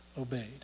obeyed